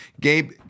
Gabe